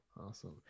Awesome